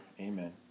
Amen